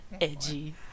Edgy